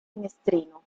finestrino